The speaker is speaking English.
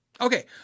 Okay